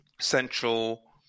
central